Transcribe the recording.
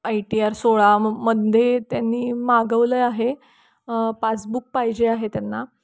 I T R सोळा मध्ये त्यांनी मागवलं आहे पासबुक पाहिजे आहे त्यांना